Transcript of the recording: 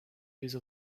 use